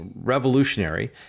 revolutionary